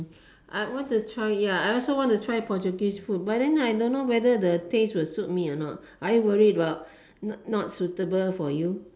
I want to try ya I also want to try Portuguese food but then I don't know whether the taste will suit me or not are you worried about not suitable for you